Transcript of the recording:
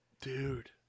dude